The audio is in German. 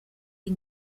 die